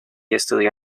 estudió